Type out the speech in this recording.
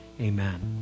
Amen